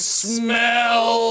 smell